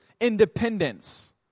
independence